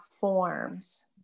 forms